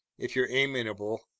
if you're amenable,